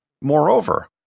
Moreover